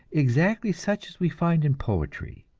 exactly such as we find in poetry.